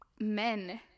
men